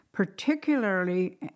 particularly